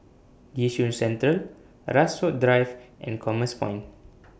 Yishun Central Rasok Drive and Commerce Point